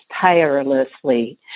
tirelessly